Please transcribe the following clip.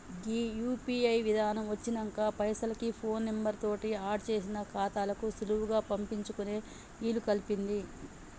గీ UPI విధానం వచ్చినంక పైసలకి ఫోన్ నెంబర్ తోటి ఆడ్ చేసిన ఖాతాలకు సులువుగా పంపించుకునే ఇలుకల్పింది